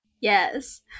Yes